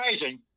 amazing